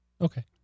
Okay